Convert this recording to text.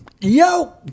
yo